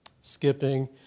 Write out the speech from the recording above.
skipping